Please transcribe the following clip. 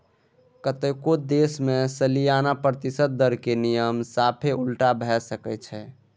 कतेको देश मे सलियाना प्रतिशत दरक नियम साफे उलटा भए सकै छै